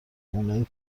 اونایی